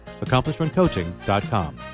AccomplishmentCoaching.com